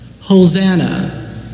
Hosanna